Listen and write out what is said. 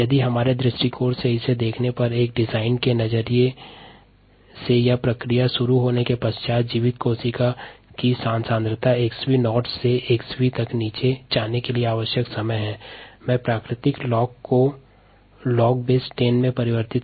bioreactor sterilisation की प्रक्रिया शुरू होने के पश्चात् जीवित कोशिका की सांद्रता xv नाट से xv तक नीचे जाने के लिए आवश्यक समय ज्ञात करने के लिए हम प्राकृतिक लॉग को लॉग 10 आधार में परिवर्तित करना है